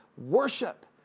worship